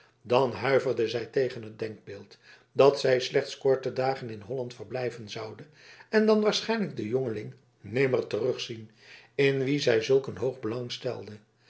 dan huiverde zij tegen het denkbeeld dat zij slechts korte dagen in holland verblijven zoude en dan waarschijnlijk den jongeling nimmer terugzien in wien zij zulk een hoog belang stelde